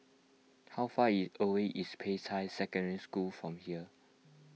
how far away is Peicai Secondary School from here